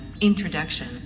introduction